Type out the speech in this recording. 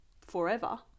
forever